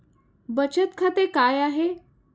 बचत खाते काय आहे?